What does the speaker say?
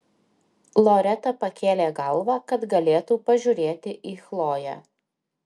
loreta pakėlė galvą kad galėtų pažiūrėti į chloję